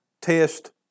test